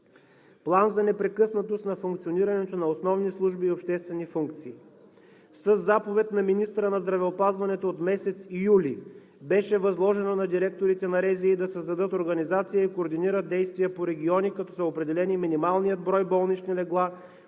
План за непрекъснатост на функционирането на основни служби и обществени функции. Със заповед на министъра на здравеопазването от месец юли беше възложено на директорите на РЗИ да създадат организация и координират действия по региони, като са определени минималният брой болнични легла,